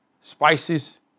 spices